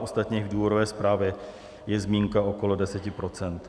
Ostatně v důvodové zprávě je zmínka okolo deseti procent.